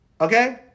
Okay